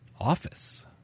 Office